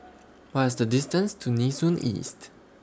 What IS The distance to Nee Soon East